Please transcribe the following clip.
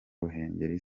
ruhengeri